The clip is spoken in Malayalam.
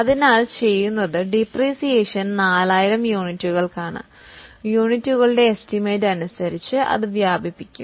അതിനാൽ ഡിപ്രീസിയേഷൻ 4000 യൂണിറ്റുകൾക്കാണ് യൂണിറ്റുകളുടെ എസ്റ്റിമേറ്റ് അനുസരിച്ച് അത് വ്യാപിപ്പിക്കും